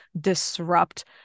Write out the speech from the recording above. disrupt